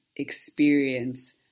experience